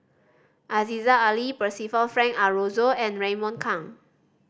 Aziza Ali Percival Frank Aroozoo and Raymond Kang